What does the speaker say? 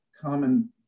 common